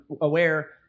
aware